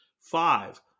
Five